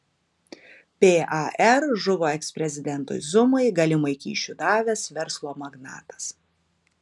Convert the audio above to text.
par žuvo eksprezidentui zumai galimai kyšių davęs verslo magnatas